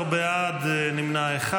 בעד, נמנע אחד.